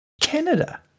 Canada